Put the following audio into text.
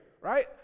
right